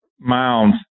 mounds